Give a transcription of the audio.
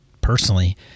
personally